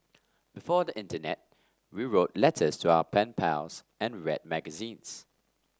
before the internet we wrote letters to our pen pals and read magazines